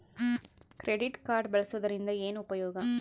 Credit card ಬಳಸುವದರಿಂದ ಏನು ಉಪಯೋಗ?